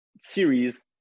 series